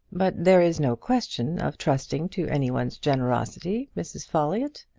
but there is no question of trusting to any one's generosity, mrs. folliott.